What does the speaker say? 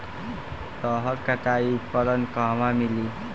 रहर कटाई उपकरण कहवा मिली?